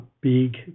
big